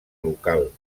local